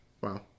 Wow